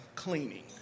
Cleaning